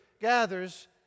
gathers